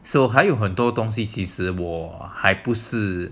so 还有很多东西其实我还不是